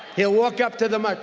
he will walk up to the ah